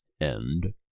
END